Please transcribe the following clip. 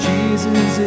Jesus